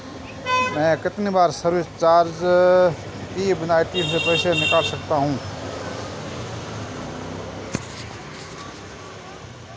मैं कितनी बार सर्विस चार्ज चुकाए बिना ए.टी.एम से पैसे निकाल सकता हूं?